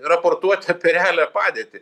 raportuoti apie realią padėtį